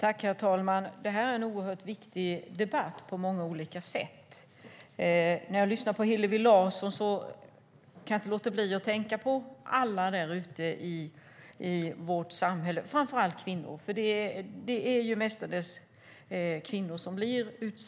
Herr talman! Det här är en oerhört viktig debatt på många olika sätt. När jag lyssnar på Hillevi Larsson kan jag inte låta bli att tänka på alla där ute i vårt samhälle som på olika sätt lider utifrån sådana här händelser.